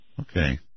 Okay